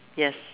yes